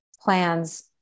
plans